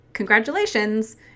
Congratulations